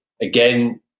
again